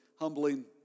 humbling